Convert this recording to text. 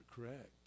correct